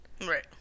Right